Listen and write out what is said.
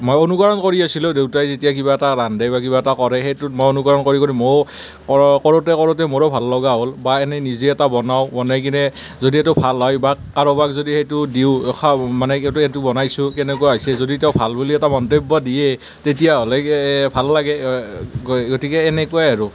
মই অনুকৰণ কৰি আছিলোঁ দেউতাই যেতিয়া কিবা এটা ৰান্ধে বা কিবা এটা কৰে সেইটোক মই অনুকৰণ কৰি কৰি মইও কৰোঁতে কৰোঁতে মোৰো ভাল লগা হ'ল বা এনেই নিজে এটা বনাওঁ বনাই কিনে যদি এইটো ভাল হয় বা কাৰোবাক যদি সেইটো দিওঁ খাওঁ মানে এইটো এইটো বনাইছোঁ কেনেকুৱা হৈছে যদি তেওঁ ভাল বুলি এটা মন্তব্য দিয়ে তেতিয়াহ'লে ভাল লাগে গৈ গতিকে এনেকুৱাই আৰু